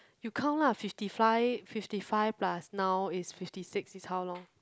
you count lah fifty five fifty five plus now is fifty six is how long